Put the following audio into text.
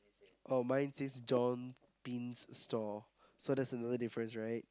oh mine says John B store so that's another difference right